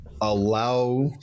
allow